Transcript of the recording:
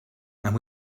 and